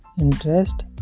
interest